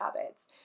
habits